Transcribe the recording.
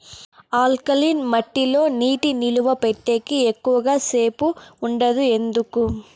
alkaline మట్టి లో నీటి నిలువ పెట్టేకి ఎక్కువగా సేపు ఉండదు ఎందుకు